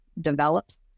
develops